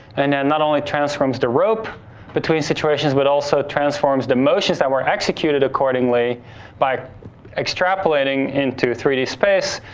and then, not only transforms the rope between situations but also transforms the motions that were executed accordingly by extrapolating into three d space,